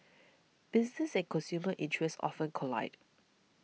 business and consumer interests often collide